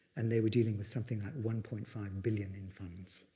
and they were dealing with something like one point five billion in funds.